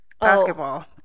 basketball